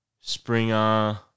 Springer